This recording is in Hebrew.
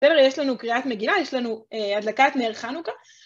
בסדר, יש לנו קריאת מגילה, יש לנו הדלקת נר חנוכה.